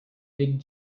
fig